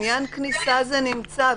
לעניין כניסה זה נמצא,